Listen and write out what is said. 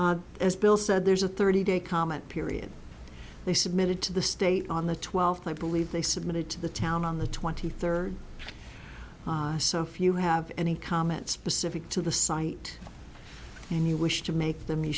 as bill said there's a thirty day comment period they submitted to the state on the twelfth i believe they submitted to the town on the twenty third so if you have any comments specific to the site and you wish to make them you